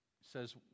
says